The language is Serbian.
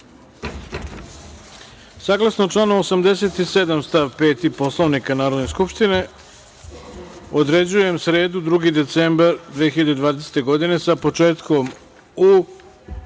pretres. Saglasno članu 87. stav 5. Poslovnika Narodne skupštine, određujem sredu, 2. decembar 2020. godine sa početkom u